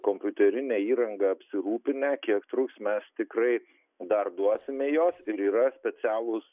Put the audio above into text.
kompiuterine įranga apsirūpinę kiek trūks mes tikrai dar duosime jos ir yra specialūs